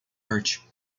arte